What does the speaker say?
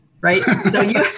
right